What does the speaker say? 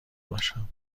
باشم